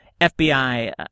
FBI